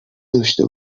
داشته